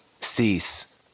cease